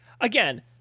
Again